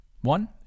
one